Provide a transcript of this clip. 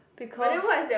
because